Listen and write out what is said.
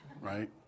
right